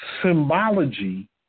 symbology